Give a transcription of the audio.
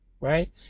right